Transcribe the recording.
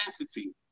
entity